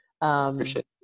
appreciate